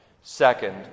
Second